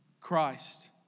Christ